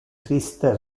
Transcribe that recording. triste